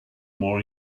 more